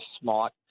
smart